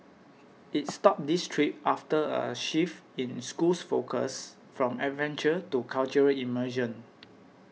it stopped these trips after a shift in school's focus from adventure to cultural immersion